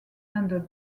under